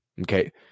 okay